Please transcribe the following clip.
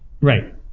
right